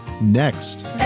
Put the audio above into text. next